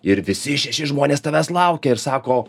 ir visi šeši žmonės tavęs laukia ir sako